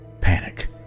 panic